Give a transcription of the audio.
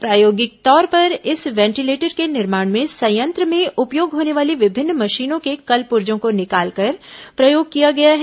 प्रायोगिक तौर पर इस वेंटीलेटर के निर्माण में संयंत्र में उपयोग होने वाली विभिन्न मशीनों के कलपुर्जो को निकालकर प्रयोग किया गया है